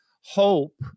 hope